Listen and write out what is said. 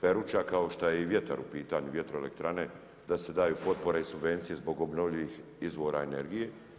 Peruča kao šta je i vjetar u pitanju, vjetroelektrane, da se daju potpore i subvencije zbog obnovljivih izvora energije.